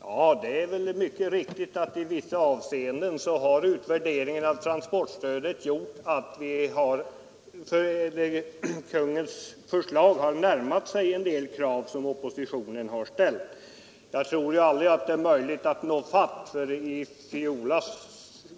Ja, det är mycket riktigt att utvärderingen av transportstödet i vissa avseenden har medfört att regeringens förslag närmat sig en del av oppositionens. Jag tror dock inte att det är möjligt att nå i fatt oppositionen.